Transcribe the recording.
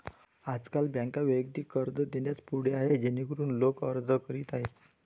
आजकाल बँका वैयक्तिक कर्ज देण्यास पुढे आहेत जेणेकरून लोक अर्ज करीत आहेत